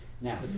now